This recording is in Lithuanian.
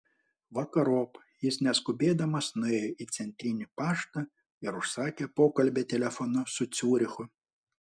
vakarop jis neskubėdamas nuėjo į centrinį paštą ir užsakė pokalbį telefonu su ciurichu